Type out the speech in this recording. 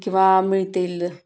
किंवा मिळतील